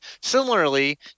similarly